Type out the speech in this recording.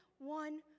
one